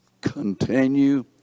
continue